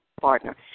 partner